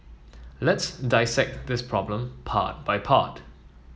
let's dissect this problem part by part